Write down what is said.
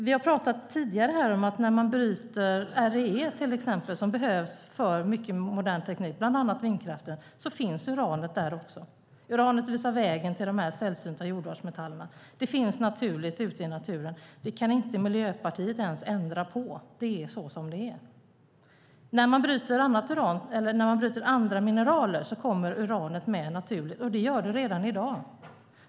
Vi har tidigare pratat om att när man bryter till exempel REE, som behövs för mycket modern teknik, bland annat vindkraften, finns uranet där också. Uranet visar vägen till de sällsynta jordartsmetallerna. De finns naturligt ute i naturen. Det kan inte ens Miljöpartiet ändra på - det är som det är. När man bryter andra mineraler kommer uranet med naturligt, och det gör det redan i dag.